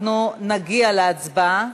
אנחנו נגיע להצבעה.